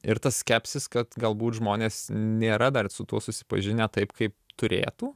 ir tas skepsis kad galbūt žmonės nėra dar su tuo susipažinę taip kaip turėtų